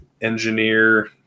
engineer